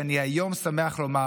ואני שמח לומר